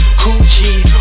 coochie